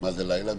מה זה לילה?